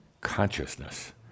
consciousness